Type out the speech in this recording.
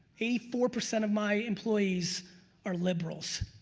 eighty four percent of my employees are liberals.